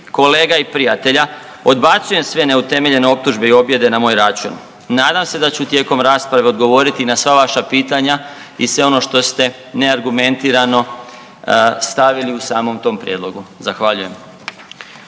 kolega i prijatelja odbacujem sve neutemeljene optužbe i objede na moj račun. Nadam se da ću tijekom rasprave odgovoriti na sva vaša pitanja i sve ono što ste neargumentirano stavili u samom tom prijedlogu. Zahvaljujem.